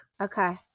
Okay